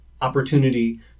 opportunity